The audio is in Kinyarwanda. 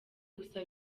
gusa